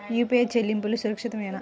UPI చెల్లింపు సురక్షితమేనా?